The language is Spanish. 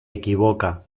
equivoca